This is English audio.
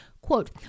quote